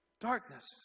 Darkness